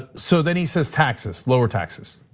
ah so then he says, taxes, lower taxes.